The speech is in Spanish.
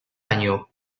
año